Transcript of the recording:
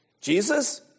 Jesus